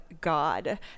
God